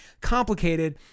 complicated